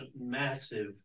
massive